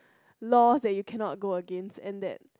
laws that you cannot go against and that